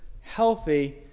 healthy